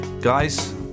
Guys